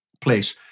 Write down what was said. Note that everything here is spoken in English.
place